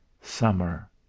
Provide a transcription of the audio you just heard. summer